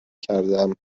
کردهام